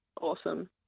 awesome